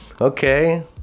Okay